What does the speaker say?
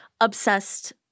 Obsessed